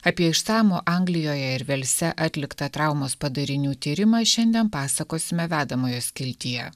apie išsamų anglijoje ir velse atliktą traumos padarinių tyrimą šiandien pasakosime vedamojo skiltyje